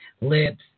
lips